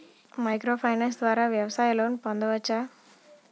Micro finance ద్వారా వ్యవసాయ loan పొందవచ్చా?